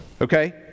Okay